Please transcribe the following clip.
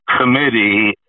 committee